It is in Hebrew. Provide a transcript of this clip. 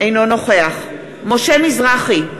אינו נוכח משה מזרחי,